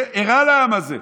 הוא הרע לעם הזה.